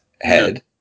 head